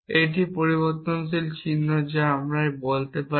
একটি পরিবর্তনশীল চিহ্ন যা আপনি বলতে চাইতে পারেন